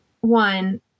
one